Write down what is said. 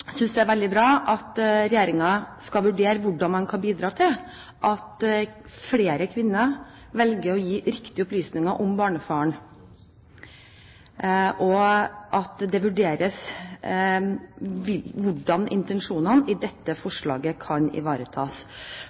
synes det er veldig bra at regjeringen skal vurdere hvordan man kan bidra til at flere kvinner velger å gi riktige opplysninger om barnefaren, og at det vurderes hvordan intensjonene i dette forslaget kan ivaretas.